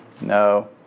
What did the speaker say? no